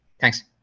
Thanks